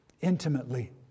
intimately